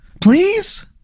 please